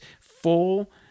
full